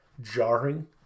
jarring